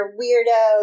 weirdo